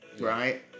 right